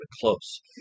close